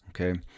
okay